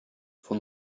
for